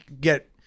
get